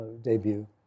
debut